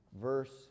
verse